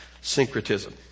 syncretism